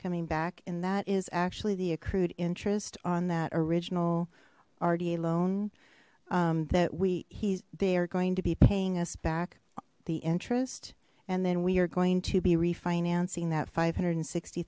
coming back and that is actually the accrued interest on that original already a loan that we they are going to be paying us back the interest and then we are going to be refinancing that five hundred and sixty